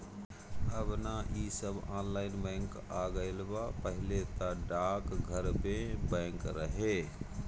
अब नअ इ सब ऑनलाइन बैंक आ गईल बा पहिले तअ डाकघरवे में बैंक रहे